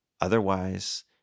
Otherwise